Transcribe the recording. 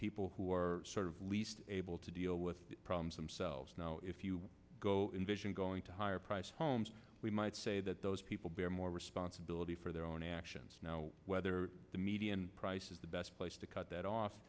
people who are sort of least able to deal with problems themselves now if you go in vision going to higher priced homes we might say that those people bear more responsibility for their own actions now whether the median price is the best place to cut that off